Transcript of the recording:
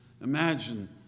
Imagine